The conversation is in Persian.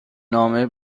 نامه